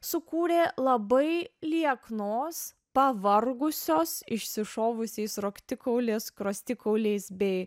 sukūrė labai lieknos pavargusios išsišovusiais raktikaulio skruostikauliais bei